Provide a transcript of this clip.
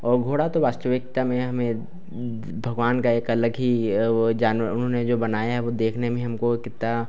और घोड़ा तो वास्तविकता में हमें भगवान का एक अलग ही वह जान उन्होंने जो बनाया है वह देखने में हमको कितना